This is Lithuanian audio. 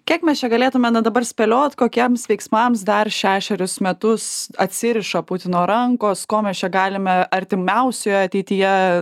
kiek mes čia galėtume na dabar spėliot kokiems veiksmams dar šešerius metus atsiriša putino rankos ko mes čia galime artimiausioje ateityje